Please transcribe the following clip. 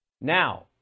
Now